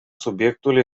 subiectul